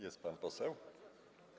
Jest pan poseł?